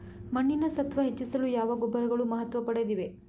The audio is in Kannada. ಮಣ್ಣಿನ ಸತ್ವ ಹೆಚ್ಚಿಸಲು ಯಾವ ಗೊಬ್ಬರಗಳು ಮಹತ್ವ ಪಡೆದಿವೆ?